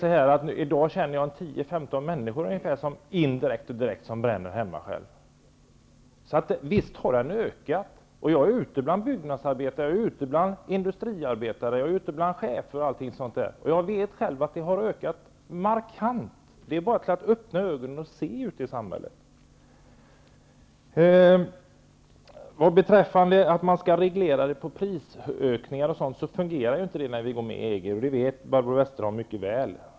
I dag känner jag, indirekt eller direkt, 10--15 människor som bränner hemma själva. Visst har detta ökat. Jag är ute bland byggnadsarbetare, jag är ute bland industriarbetare, och jag är ute bland chefer, och jag vet själv att det har ökat markant. Det är bara att öppna ögonen och se ut i samhället. Att reglera alkoholkonsumtionen genom exempelvis prisökningar fungerar inte när vi går med i EG, och det vet Barbro Westerholm mycket väl.